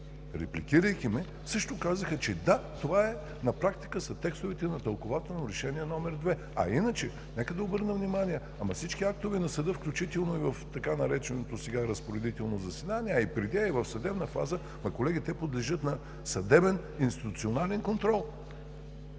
репликирайки ме, също казаха, че „да, на практика са текстовете на тълкувателно Решение № 2“. А, иначе нека да обърна внимание, колеги, че всички актове на съда, включително и в така нареченото сега „разпоредително заседание“, а и преди, и в съдебна фаза подлежат на съдебен институционален контрол.